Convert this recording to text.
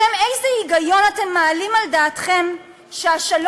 בשם איזה היגיון אתם מעלים על דעתכם שהשלום